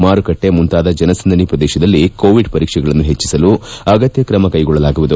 ಮಾರುಕಟ್ಟೆ ಮುಂತಾದ ಜನಸಂದಣಿ ಪ್ರದೇತದಲ್ಲಿ ಕೋವಿಡ್ ಪರೀಕ್ಷೆಗಳನ್ನು ಹೆಚ್ಚಿಸಲು ಅಗತ್ಯ ತ್ರಮ ಕೈಗೊಳ್ಳಲಾಗುವುದು